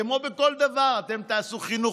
כמו בכל דבר: אתם תעשו חינוך,